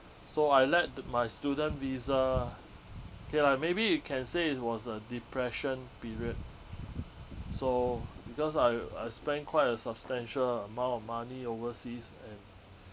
so I let my student visa okay lah maybe you can say it was a depression period so because I I spent quite a substantial amount of money overseas and